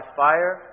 fire